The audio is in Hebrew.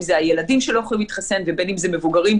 זה הילדים שלא יכולים להתחסן ובין אם זה מבוגרים,